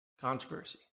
Controversy